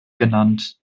genannt